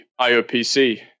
IOPC